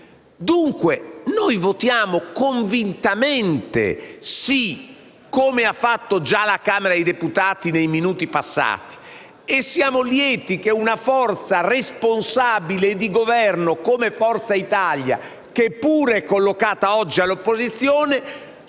Dunque, noi voteremo convintamente sì, come ha fatto già la Camera dei deputati poco fa. E siamo lieti che una forza responsabile e di Governo come Forza Italia, che pure è collocata oggi all'opposizione,